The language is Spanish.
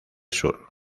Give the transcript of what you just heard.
sur